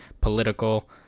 political